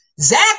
Zach